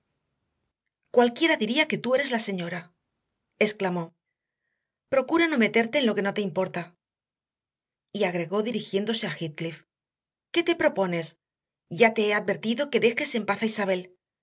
cualquiera diría que tú eres la señora exclamó procura no meterte en lo que no te importa y agregó dirigiéndose a heathcliff qué te propones ya te he advertido que dejes en paz a isabel